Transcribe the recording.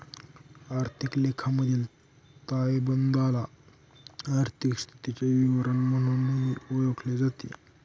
आर्थिक लेखामधील ताळेबंदाला आर्थिक स्थितीचे विवरण म्हणूनही ओळखले जाते